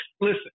listen